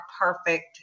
perfect